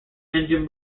engine